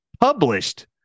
published